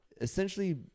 essentially